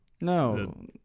No